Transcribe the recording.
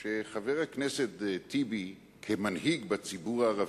שחבר הכנסת טיבי, כמנהיג בציבור הערבי,